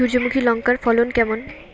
সূর্যমুখী লঙ্কার ফলন কেমন?